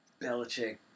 Belichick